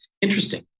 interesting